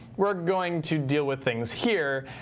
we're going to deal with things here.